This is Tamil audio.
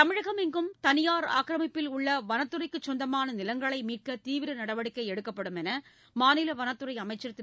தமிழகமெங்கும் தனியார் ஆக்கிரமிப்பில் உள்ள வனத்துறைக்குச் சொந்தமான நிலங்களை மீட்க தீவிர நடவடிக்கை எடுக்கப்படும் என்று மாநில வனத்துறை அமைச்சர் திரு